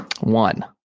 one